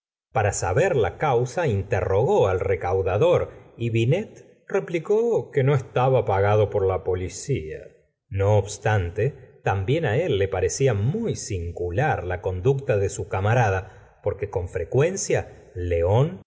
para saber la causa interrogó al recaudador y binet replicó que no estaba pagado por la policía no obstante también él le parecía muy singular la conducta de su camarada porque con frecuencia león